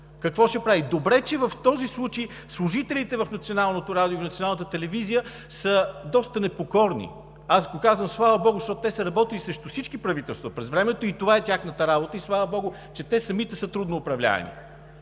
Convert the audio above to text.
какво ще правят? Добре, че в случая служителите в Националното радио и в Националната телевизия са доста непокорни. Аз казвам – слава богу, защото те са работили срещу всички правителства през времето, и това е тяхната работа. Слава богу, че те самите са трудно управляеми.